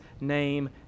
name